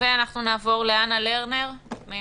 נעבור לאנה לרנר-זכות